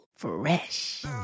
Fresh